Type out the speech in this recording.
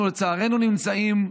אנחנו נמצאים,